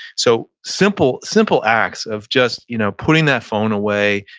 so simple simple acts of just you know putting that phone away,